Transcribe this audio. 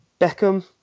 Beckham